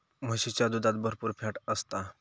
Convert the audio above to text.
म्हशीच्या दुधात भरपुर फॅट असता